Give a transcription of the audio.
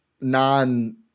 non